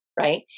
right